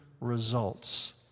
results